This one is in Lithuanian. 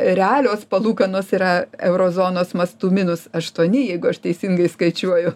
realios palūkanos yra euro zonos mastu minus aštuoni jeigu aš teisingai skaičiuoju